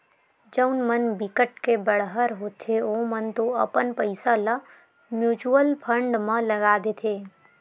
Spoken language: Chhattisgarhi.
जउन मन बिकट के बड़हर होथे ओमन तो अपन पइसा ल म्युचुअल फंड म लगा देथे